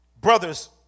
brothers